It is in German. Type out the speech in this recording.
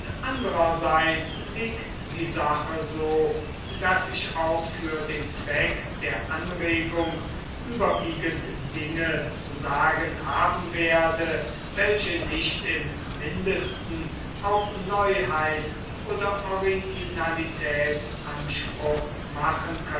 andrerseits liegt die sache so daß ich auch für den zweck der anregung überwiegend dinge zu sagen haben werde welche nicht im mindesten auf neuheit oder originalität anspruch machen